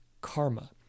karma